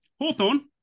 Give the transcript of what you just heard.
Hawthorne